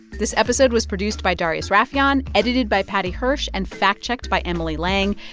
this episode was produced by darius rafieyan, edited by paddy hirsch and fact-checked by emily lang.